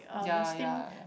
ya ya ya